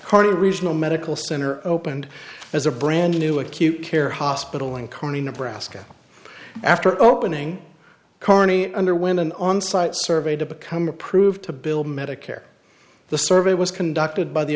carter regional medical center opened as a brand new acute care hospital in kearney nebraska after opening carney underwent an on site survey to become approved to build medicare the survey was conducted by the